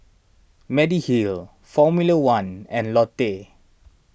Mediheal formula one and Lotte